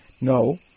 no